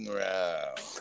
round